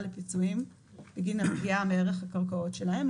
לפיצויים בגין הפגיעה מערך הקרקעות שלהם.